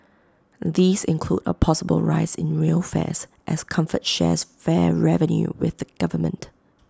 these include A possible rise in rail fares as comfort shares fare revenue with the government